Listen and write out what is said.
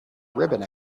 ribbon